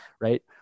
right